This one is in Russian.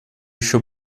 еще